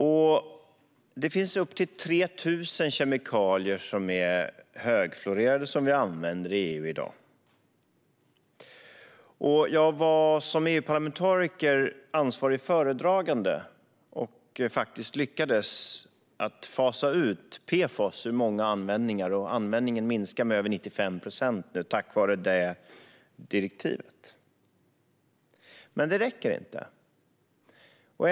I EU använder vi i dag upp till 3 000 kemikalier som är högfluorerade. Som EU-parlamentariker var jag ansvarig föredragande och lyckades fasa ut PFAS ur mycket, och tack vare detta direktiv har användningen minskat med 95 procent. Men det räcker inte.